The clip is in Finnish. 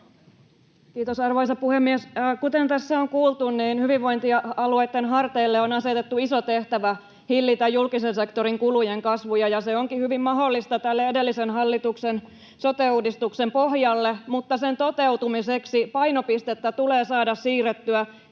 Kiitos, arvoisa puhemies! Kuten tässä on kuultu, niin hyvinvointialueitten harteille on asetettu iso tehtävä hillitä julkisen sektorin kulujen kasvua, ja se onkin hyvin mahdollista tehdä edellisen hallituksen sote-uudistuksen pohjalle, mutta sen toteutumiseksi painopistettä tulee saada siirrettyä